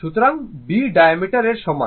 সুতরাং b diameter এর সমান